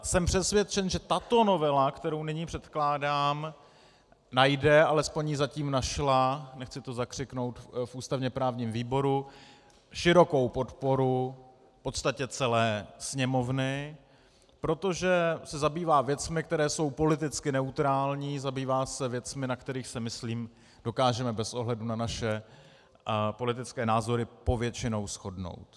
Jsem přesvědčen, že tato novela, kterou nyní předkládám, najde alespoň ji zatím našla, nechci to zakřiknout, v ústavněprávním výboru širokou podporu v podstatě celé Sněmovny, protože se zabývá věcmi, které jsou politicky neutrální, zabývá se věcmi, na kterých se myslím dokážeme bez ohledu na naše politické názory povětšinou shodnout.